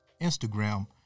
Instagram